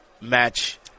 match